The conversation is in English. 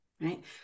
Right